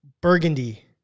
burgundy